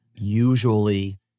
usually